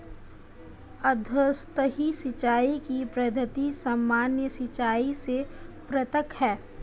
अधोसतही सिंचाई की पद्धति सामान्य सिंचाई से पृथक है